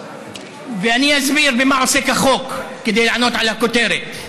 ואני אסביר במה עוסק החוק כדי לענות על הכותרת.